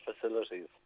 facilities